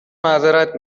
معذرت